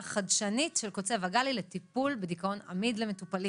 והם התפלאו.